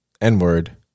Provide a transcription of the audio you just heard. n-word